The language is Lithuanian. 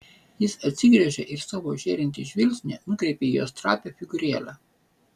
jis atsigręžė ir savo žėrintį žvilgsnį nukreipė į jos trapią figūrėlę